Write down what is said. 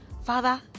Father